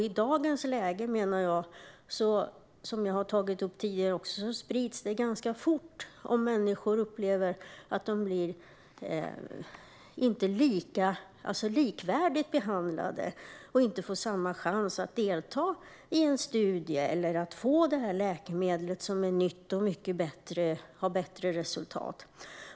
I dagens läge sprids det ganska fort om människor upplever att de inte blir likvärdigt behandlade, inte får samma chans att delta i en studie eller inte får tillgång till ett läkemedel som är nytt och ger bättre resultat.